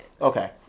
Okay